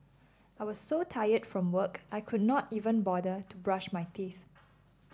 I was so tired from work I could not even bother to brush my teeth